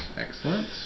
Excellent